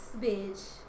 bitch